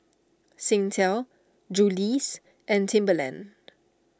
Singtel Julie's and Timberland